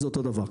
אזה אותו דבר.